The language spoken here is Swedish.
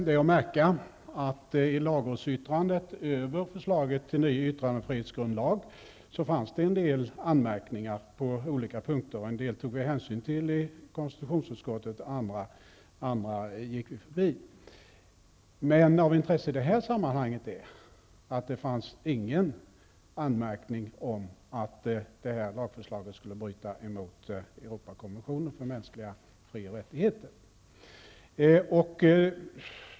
Det är att märka att det i lagrådets yttrande över förslaget till ny yttrandefrihetsgrundlag fanns en del anmärkningar på olika punkter. En del tog vi hänsyn till i konstitutionsutskottet, andra gick vi förbi. Men av intresse i det här sammanhanget är att det inte fanns någon anmärkning om att lagförslaget skulle bryta mot Europakonventionen för mänskliga fri och rättigheter.